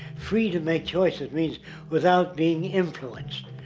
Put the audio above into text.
free to make choices means without being influenced.